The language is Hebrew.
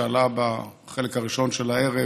שעלה בחלק הראשון של הערב,